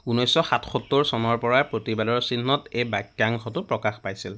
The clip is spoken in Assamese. ঊনৈছশ সাতসত্তৰ চনৰপৰাই প্ৰতিবাদৰ চিহ্নত এই বাক্যাংশটো প্ৰকাশ পাইছিল